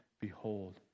behold